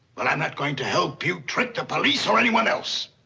well, i'm not going to help you trick the police or anyone else!